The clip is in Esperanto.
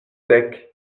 dek